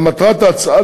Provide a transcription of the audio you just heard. מה מטרת ההצעה?